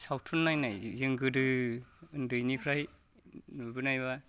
सावथुन नायनाय जों गोदो उन्दैनिफ्राय नुबोनायबा